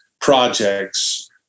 projects